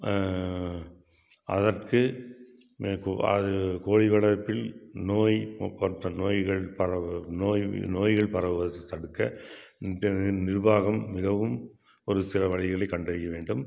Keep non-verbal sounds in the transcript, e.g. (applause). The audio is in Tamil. அதற்கு (unintelligible) அது கோழி வளர்ப்பில் நோய் (unintelligible) நோய்கள் பரவ நோய் நோய்கள் பரவுவதை தடுக்க நிர்வாகம் மிகவும் ஒரு சில வழிகளை கண்டறிய வேண்டும்